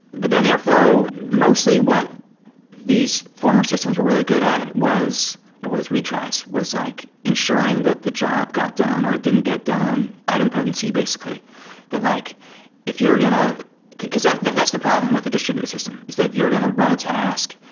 but then airflow mostly what these former systems were really good at was was retries, was like ensuring that the job got done or didn't get done idempotency basically that like if you're going to because that that that's the problem with a distributed system, is that you're going to run a task.